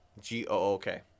G-O-O-K